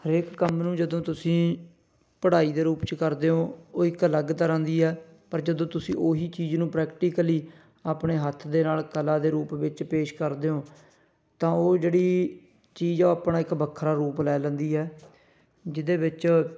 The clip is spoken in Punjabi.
ਹਰੇਕ ਕੰਮ ਨੂੰ ਜਦੋਂ ਤੁਸੀਂ ਪੜ੍ਹਾਈ ਦੇ ਰੂਪ 'ਚ ਕਰਦੇ ਹੋ ਉਹ ਇੱਕ ਅਲੱਗ ਤਰ੍ਹਾਂ ਦੀ ਆ ਪਰ ਜਦੋਂ ਤੁਸੀਂ ਉਹੀ ਚੀਜ਼ ਨੂੰ ਪ੍ਰੈਕਟੀਕਲ ਆਪਣੇ ਹੱਥ ਦੇ ਨਾਲ ਕਲਾ ਦੇ ਰੂਪ ਵਿੱਚ ਪੇਸ਼ ਕਰਦੇ ਹੋ ਤਾਂ ਉਹ ਜਿਹੜੀ ਚੀਜ਼ ਹੈ ਉਹ ਆਪਣਾ ਇੱਕ ਵੱਖਰਾ ਰੂਪ ਲੈ ਲੈਂਦੀ ਹੈ ਜਿਹਦੇ ਵਿੱਚ